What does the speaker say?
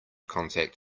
contact